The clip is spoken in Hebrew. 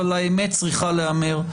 אבל האמת צריכה להיאמר,